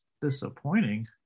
disappointing